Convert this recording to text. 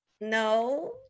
No